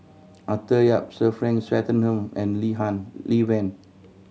Arthur Yap Sir Frank Swettenham and Lee Han Lee Wen